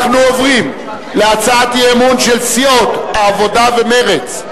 אנחנו עוברים להצעת האי-אמון של סיעות העבודה ומרצ,